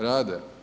Rade.